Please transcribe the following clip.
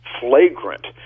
flagrant